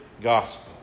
gospel